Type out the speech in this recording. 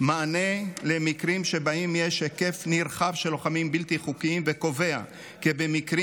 מענה למקרים שבהם יש היקף נרחב של לוחמים בלתי חוקיים וקובע כי במקרים